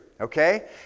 okay